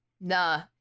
nah